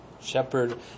Shepherd